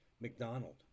McDonald